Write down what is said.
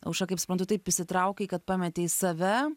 aušra kaip suprantu taip įsitraukei kad pametei save